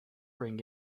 ring